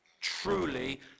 Truly